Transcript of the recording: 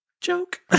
Joke